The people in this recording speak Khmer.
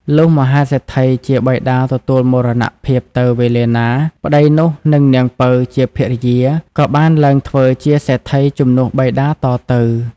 លុះមហាសេដ្ឋីជាបិតាទទួលមរណភាពទៅវេលាណា ប្ដីនោះនិងនាងពៅជាភរិយា ក៏បានឡើងធ្វើជាសេដ្ឋីជំនួសបិតាតទៅ។